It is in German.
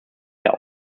der